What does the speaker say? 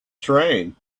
train